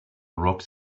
rocks